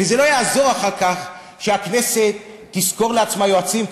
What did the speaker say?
וזה לא יעזור אחר כך שהכנסת תשכור לעצמה יועצים,